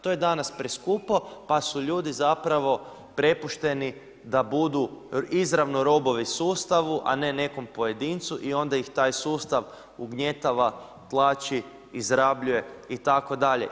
To je danas preskupo pa su ljudi zapravo prepušteni da budu izravno robovi sustavu a ne nekom pojedincu i onda ih taj sustav ugnjetava, tlači, izrabljuje itd.